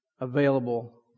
available